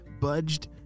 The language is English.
budged